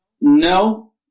No